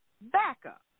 backup